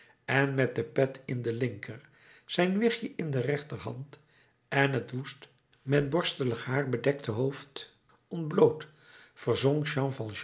en met de pet in de linker zijn wigge in de rechterhand en het woest met borstelig haar bedekt hoofd ontbloot verzonk jean